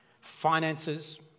finances